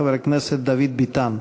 חבר הכנסת דוד ביטן.